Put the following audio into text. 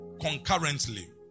concurrently